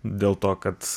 dėl to kad